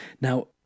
Now